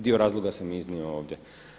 Dio razloga sam iznio ovdje.